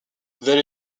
there